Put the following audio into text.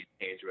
change